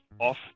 off